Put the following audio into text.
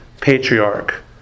patriarch